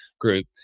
Group